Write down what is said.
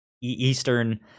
Eastern